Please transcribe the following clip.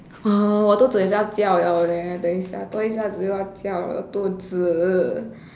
我肚子也是要叫了 leh 等一下多一下子又要叫了肚子